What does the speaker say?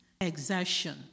exertion